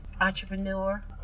entrepreneur